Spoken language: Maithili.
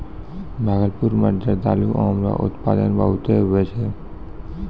भागलपुर मे जरदालू आम रो उत्पादन बहुते हुवै छै